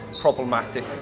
problematic